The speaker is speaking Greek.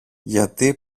γιατί